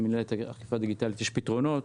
יש פתרונות,